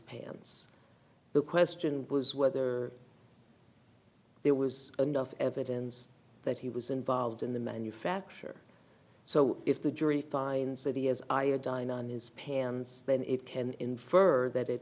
pants the question was whether there was enough evidence that he was involved in the manufacture so if the jury finds that he has iodine on his pants then it can infer that it